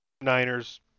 Niners